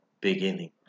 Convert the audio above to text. beginning